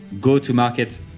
go-to-market